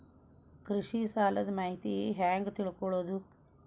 ಕೃಷಿ ಸಾಲದ ಮಾಹಿತಿ ಹೆಂಗ್ ತಿಳ್ಕೊಳ್ಳೋದು?